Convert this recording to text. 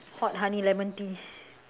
hot honey lemon tea